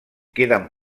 queden